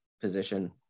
position